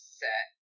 set